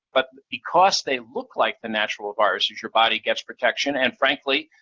but because they look like the natural viruses, your body gets protection and, frankly,